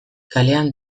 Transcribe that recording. kalean